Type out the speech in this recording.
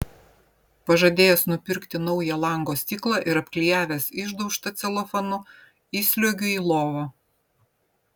pažadėjęs nupirkti naują lango stiklą ir apklijavęs išdaužtą celofanu įsliuogiu į lovą